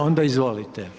Onda izvolite.